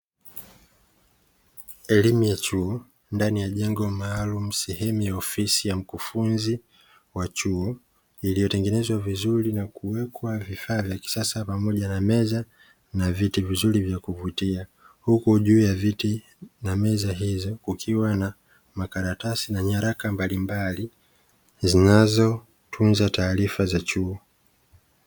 Elimu ya chuo ndani ya jengo maalumu sehemu ya ofisi ya mkufunzi wa chuo, iliyotengenezwa vizuri na kuwekwa vifaa vya kisasa pamoja na meza na viti vizuri vya kuvutia, huku juu ya viti na meza hizo kukiwa na makaratasi na nyaraka mbalimbali, zinazotunza taarifa za chuo.